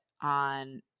on